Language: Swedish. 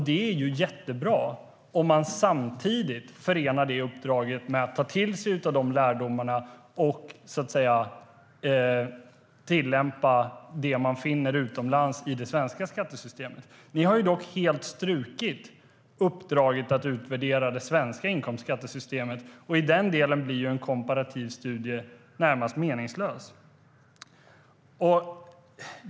Det är jättebra - om man samtidigt förenar det uppdraget med att ta till sig av lärdomarna och tillämpa det man finner utomlands i det svenska skattesystemet. Ni har dock helt strukit uppdraget att utvärdera det svenska inkomstskattesystemet. I den delen blir en komparativ studie närmast meningslös.